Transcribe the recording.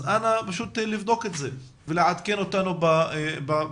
אנא, לבדוק את זה ולעדכן אותנו במידע.